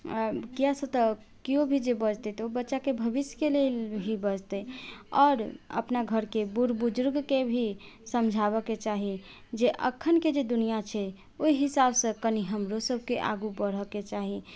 किया सँ तऽ केयो भी जे बजतै तऽ ओ बच्चाके भविष्यके लिए ही बजतै आओर अपना घरके बुढ़ बुजुर्गके भी समझाबऽके चाही जे एखनके जे दुनिआँ छै ओहि हिसाबसँ कनी हमरो सबके आगू बढ़ऽके चाही